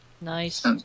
Nice